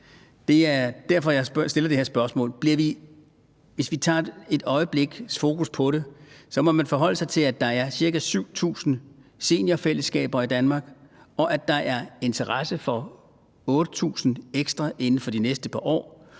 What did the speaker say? jeg stiller det her spørgsmål. Hvis vi tager et øjebliks fokus på det, må man forholde sig til, at der er ca. 7.000 seniorbofællesskaber i Danmark, og at der er interesse for 8.000 ekstra inden for de næste par år.